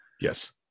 Yes